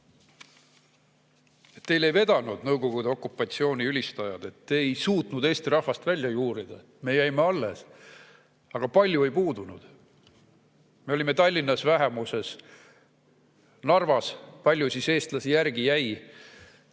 Teil ei vedanud, Nõukogude okupatsiooni ülistajad! Te ei suutnud eesti rahvast välja juurida. Me jäime alles. Aga palju ei puudunud. Me olime Tallinnas vähemuses. Narvas palju siis eestlasi järgi jäi?